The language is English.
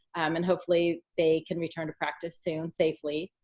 and hopefully, they can return to practice soon safely.